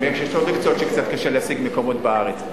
באמת יש עוד מקצועות שקצת קשה להשיג מקומות בארץ.